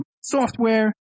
software